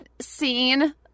scene